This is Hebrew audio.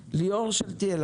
המנכ"לית,